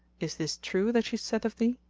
is this true that she saith of thee?